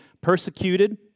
persecuted